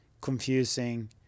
confusing